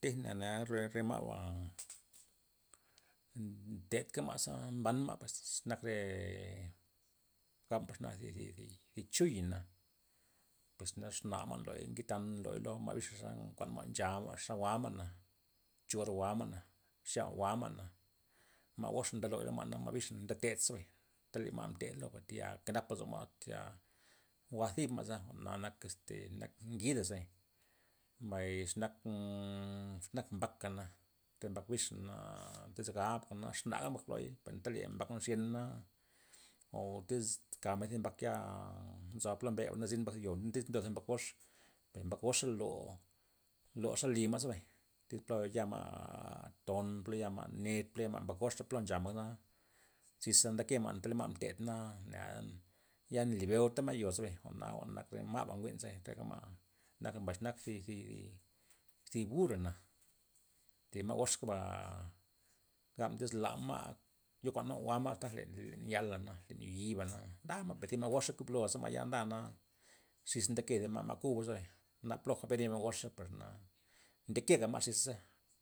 Tejna na re- re ma'ba nnn- nted kama'za mbanma' pues xe nak re gabmen xe nak zi- zi- zi chuya'na pues nax xnama'nloy ngidtan nloy lo ma' bixa' ze nkuanma' jwa'n nchama' xa jwa'ma na, cho or jwa'ma na, xenya jwa'n jwa'mana, ma' gox ndeloy lo ma'na, ma bix ndetedxa' mbay, na ma' nted tayal kenap ma' lozoma' tya jwa' zibma'za jwa'na nak este nak ngidaze, mbay xenak mmmm- za nak mbakana, per mbak bix na tiz gabmen exnaga mbak loy per tale xyen mbakna o tiz kamen thi mbak yala nzo pla mbena zyn mbak na zin mbak yo' iz ndo thi mbak gox per mbak goxa lo lo za li mbak za, iz plo ya ma' ton' plo yama'net plo yama' mbak goxa plo ncha ma' ziza ndekema' anta le ma' mted na' nea ya na nly byoutama' yo' zeba jwa'na nak re ma'ba njwi'men ze reja ma', nak mbay ze nak zi- zi- zi burra'na thi ma' goskaba gabmen iz la ma' yo kuan ma' jwa'n jwa'ma' asta len ya'la len yo yi'bana ndama' per zi ma' gox kuyblo' za ma'ya ndana, xisa' ndekema zi ma' kubaze na ploja bere ma' goxa pues ndekegama' xis'za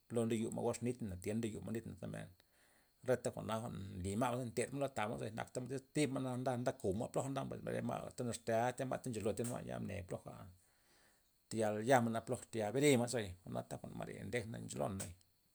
plo ndeyu ma' gox nit na tya ndeyu ma nit za nat reta jwa'na nly ma' nted ma' lo tama' ze nak tamod iz thibma' nda nda kouma' poja nda ma' pues bere ma' tata' nxaste ma' ta ncholola thia ya ne poja tayal ya ma' poja mere ma zabay jwa'nata jwan mare ndeja ncho lon naya.